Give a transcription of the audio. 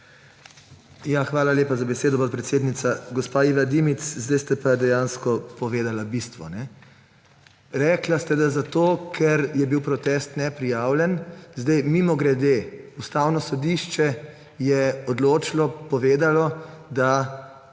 Hvala lepa za besedo, podpredsednica. Gospa Iva Dimic, zdaj ste pa dejansko povedali bistvo. Rekli ste, da zato ker je bil protest neprijavljen, zdaj, mimogrede, Ustavno sodišče je odločno povedalo, da